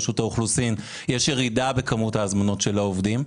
יש ירידה בכמות ההזמנות של עובדים.